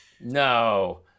No